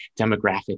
demographic